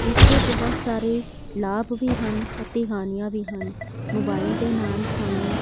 ਇਸ ਦੇ ਬਹੁਤ ਸਾਰੇ ਲਾਭ ਵੀ ਹਨ ਅਤੇ ਹਾਨੀਆਂ ਵੀ ਹਨ ਮੋਬਾਈਲ ਦੇ ਨਾਲ ਸਾਨੂੰ